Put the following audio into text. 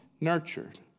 nurtured